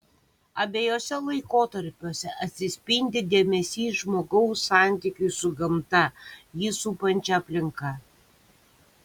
abiejuose laikotarpiuose atsispindi dėmesys žmogaus santykiui su gamta jį supančia aplinka